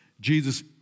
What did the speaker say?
Jesus